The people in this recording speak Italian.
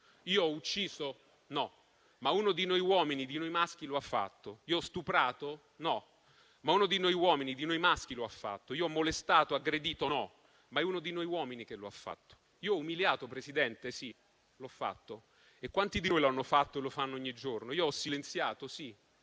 Io ho ucciso? No, ma uno di noi uomini, di noi maschi lo ha fatto. Io ho stuprato? No, ma uno di noi uomini, di noi maschi lo ha fatto. Io ho molestato, aggredito? No, ma è uno di noi uomini che lo ha fatto. Io ho umiliato, Presidente? Sì, l'ho fatto. E quanti di noi l'hanno fatto e lo fanno ogni giorno? Io ho silenziato? Sì.